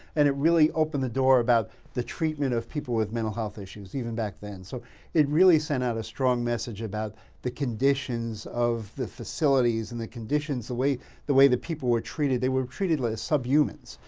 and it really opened the door about the treatment of people with mental health issues, even back then. so, it really sent out a strong message about the conditions of the facilities and the conditions, the way the way the people were treated. they were treated like a subhuman.